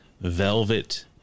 Velvet